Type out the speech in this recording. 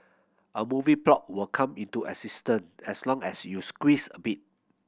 a movie plot will come into existent as long as you squeeze a bit